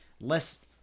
less